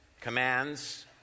Commands